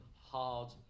hard